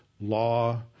law